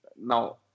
now